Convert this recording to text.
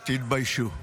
תתביישו.